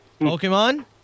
Pokemon